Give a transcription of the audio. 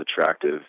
attractive